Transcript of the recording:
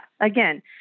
again